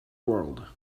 world